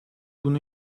bunu